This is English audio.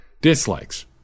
Dislikes